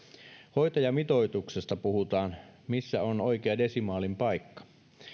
hoitajamitoituksesta puhutaan että missä on oikea desimaalin paikka